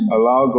Allow